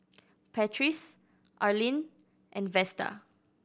Patrice Arline and Vesta